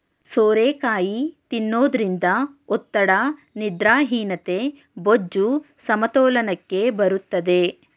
ಸೋರೆಕಾಯಿ ತಿನ್ನೋದ್ರಿಂದ ಒತ್ತಡ, ನಿದ್ರಾಹೀನತೆ, ಬೊಜ್ಜು, ಸಮತೋಲನಕ್ಕೆ ಬರುತ್ತದೆ